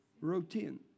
routine